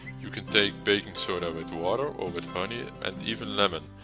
you can take baking soda with water or with honey, and even lemon,